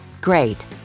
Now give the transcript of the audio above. great